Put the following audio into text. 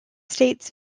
states